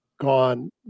gone